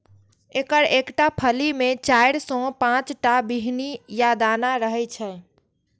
एकर एकटा फली मे चारि सं पांच टा बीहनि या दाना रहै छै